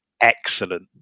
excellent